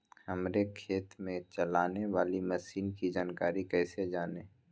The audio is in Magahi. हमारे खेत में चलाने वाली मशीन की जानकारी कैसे जाने?